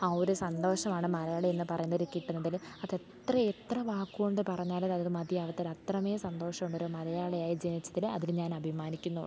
ആ ഒരു സന്തോഷമാണ് മലയാളി എന്ന് പറയുമ്പം കിട്ടുന്നതിൽ അതെത്ര എത്ര വാക്കുകൊണ്ട് പറഞ്ഞാലും അത് അത് മതിയാവില്ല അത്രമേൽ സന്തോഷം ഉണ്ടൊരു മലയാളിയായി ജനിച്ചതിൽ അതിൽ ഞാൻ അഭിമാനിക്കുന്നും ഉണ്ട്